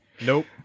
nope